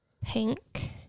Pink